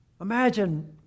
Imagine